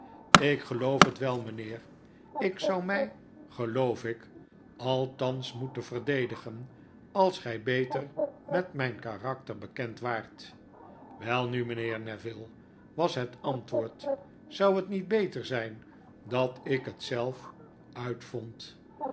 ik geloof het wel mijnheer ik zou my geloof ik althans moeten verdedigen als gy beter met myn karakter bekend waart welnu mynheer neville was het antwoord zou het niet beter zyn dat ik het zelf uitvond